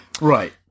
Right